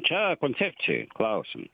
čia koncepcijoj klausimas